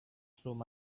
through